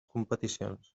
competicions